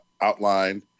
outlined